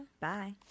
Bye